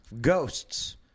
ghosts